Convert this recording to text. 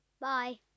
Bye